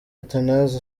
athanase